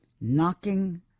knocking